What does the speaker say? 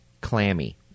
clammy